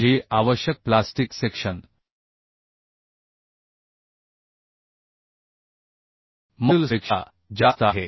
जे आवश्यक plastic section मॉड्युलसपेक्षा जास्त आहे